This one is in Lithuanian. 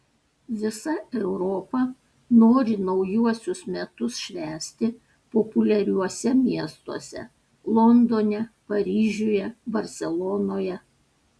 visa europa nori naujuosius metus švęsti populiariuose miestuose londone paryžiuje barselonoje